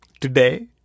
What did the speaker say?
today